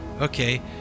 Okay